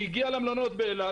הוא הגיע למלונות באילת